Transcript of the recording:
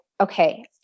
okay